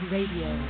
Radio